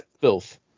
filth